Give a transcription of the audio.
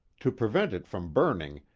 to prevent it from burning,